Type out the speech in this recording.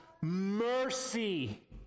Mercy